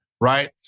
right